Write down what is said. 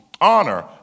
honor